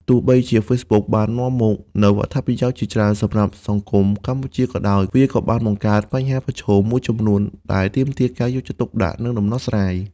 ទោះបីជា Facebook បាននាំមកនូវអត្ថប្រយោជន៍ជាច្រើនសម្រាប់សង្គមកម្ពុជាក៏ដោយ វាក៏បានបង្កើត បញ្ហាប្រឈម មួយចំនួនដែលទាមទារការយកចិត្តទុកដាក់ និងដំណោះស្រាយ។